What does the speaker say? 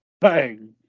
Bang